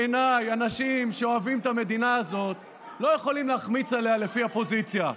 אנשים שאוהבים את המדינה הזאת לא יכולים להחמיץ עליה לפי הפוזיציה.